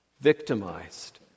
victimized